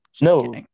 No